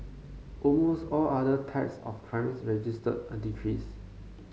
almost all other types of crimes register a decrease